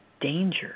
danger